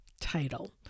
title